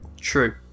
True